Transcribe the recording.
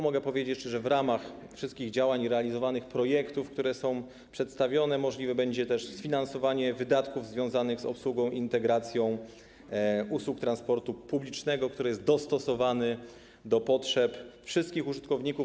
Mogę powiedzieć, że w ramach wszystkich działań i realizowanych projektów, które są przedstawione, możliwe będzie też sfinansowanie wydatków związanych z obsługą i integracją usług transportu publicznego, który jest dostosowany do potrzeb wszystkich użytkowników.